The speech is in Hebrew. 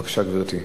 בבקשה, גברתי.